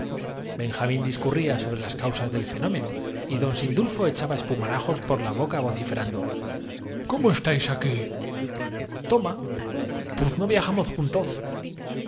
jamín discurría sobre las causas del fenómeno y don reos á arrodillarse delante del sindulfo echaba espumarajos por la boca vociferando dragón un pelotón de arque cómo estáis aquí ros destacándose de las fuerzas toma puz no viajamos juntoz